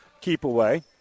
keep-away